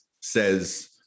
says